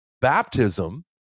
Baptism